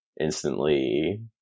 instantly